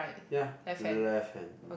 ya left hand mm